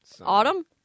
autumn